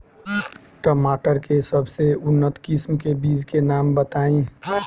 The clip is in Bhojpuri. टमाटर के सबसे उन्नत किस्म के बिज के नाम बताई?